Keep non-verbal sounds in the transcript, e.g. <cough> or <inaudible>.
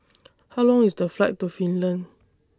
<noise> How Long IS The Flight to Finland